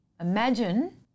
Imagine